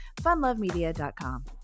Funlovemedia.com